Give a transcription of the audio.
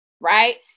right